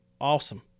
awesome